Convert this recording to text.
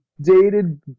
dated